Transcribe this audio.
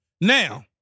Now